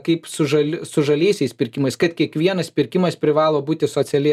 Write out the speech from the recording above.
kaip su žal su žaliaisiais pirkimais kad kiekvienas pirkimas privalo būti socialiai